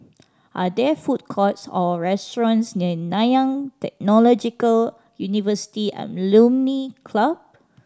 are there food courts or restaurants near Nanyang Technological University Alumni Club